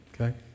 Okay